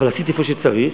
אבל עשיתי במקום שצריך.